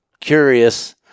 curious